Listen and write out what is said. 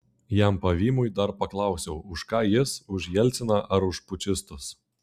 jam pavymui dar paklausiau už ką jis už jelciną ar už pučistus